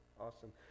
awesome